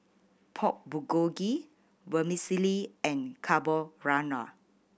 Pork Bulgogi Vermicelli and Carbonara